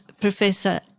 Professor